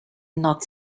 not